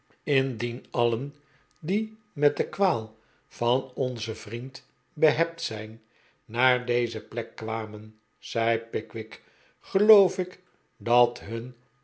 indien alien die met de kwaal van onzen vriend behept zijn naar deze plek kwamen zei pickwick geloof ik dat hun